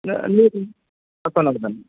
न